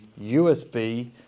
USB